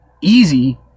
easy